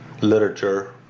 Literature